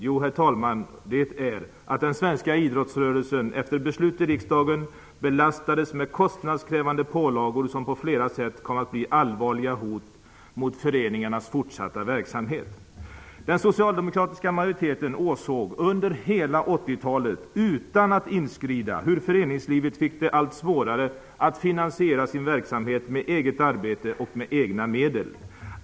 Jo, herr talman, det är att den svenska idrottsrörelsen, efter beslut i riksdagen, belastades med kostnadskrävande pålagor som på flera sätt kom att bli allvarliga hot mot föreningarnas fortsatta verksamhet. Den socialdemokratiska majoriteten åsåg under hela 80-talet, utan att inskrida, hur föreningslivet fick det allt svårare att finansiera sin verksamhet med eget arbete och egna medel.